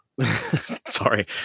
sorry